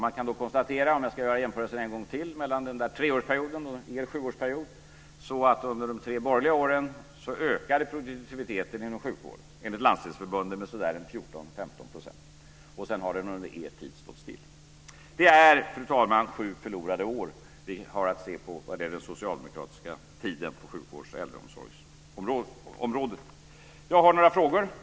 Man kan då konstatera, om jag ska göra jämförelsen en gång till mellan den där treårsperioden och socialdemokraternas sjuårsperiod, att under de borgerliga åren ökade produktiviteten inom sjukvården enligt Landstingsförbundet med 14-15 %, och sedan har den under socialdemokraternas tid stått still. Det är, fru talman, sju förlorade år vi har att se på vad gäller den socialdemokratiska tiden på sjukvårds och äldreomsorgsområdet. Jag har några frågor.